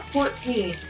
Fourteen